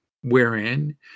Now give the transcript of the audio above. wherein